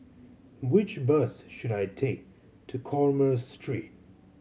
which bus should I take to Commerce Street